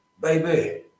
Baby